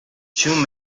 two